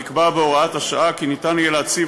נקבע בהוראת השעה כי ניתן יהיה להציב